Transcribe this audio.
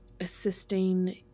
assisting